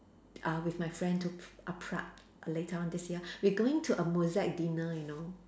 uh with my friend to p~ err Prague later on this year we going to a Mozart dinner you know